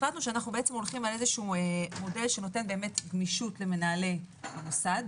החלטנו שאנחנו הולכים על מודל שנותן גמישות למנהלי המוסד,